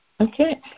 Okay